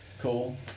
Cool